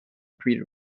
treated